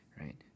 Right